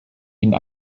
ihnen